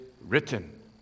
written